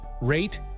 rate